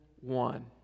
one